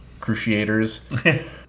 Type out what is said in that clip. Cruciators